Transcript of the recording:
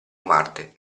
marte